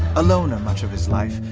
a loner much of his life,